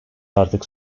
artık